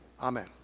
Amen